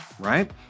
right